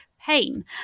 pain